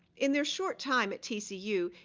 in their short time at tcu,